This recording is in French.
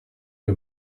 que